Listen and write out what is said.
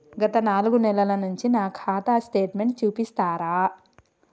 గత నాలుగు నెలల నుంచి నా ఖాతా స్టేట్మెంట్ చూపిస్తరా?